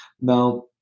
Now